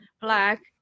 black